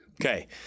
okay